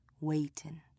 waiting